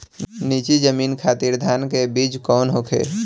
नीची जमीन खातिर धान के बीज कौन होखे?